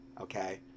Okay